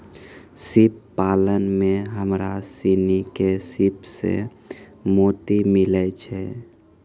सिप पालन में हमरा सिनी के सिप सें मोती मिलय छै